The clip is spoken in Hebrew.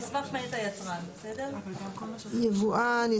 מסמך אחד שהיצרן דבר ראשון מעדכן שהוא